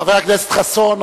חבר הכנסת חסון,